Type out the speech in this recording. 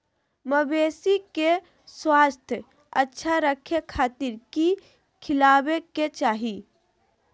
मवेसी के स्वास्थ्य अच्छा रखे खातिर की खिलावे के चाही?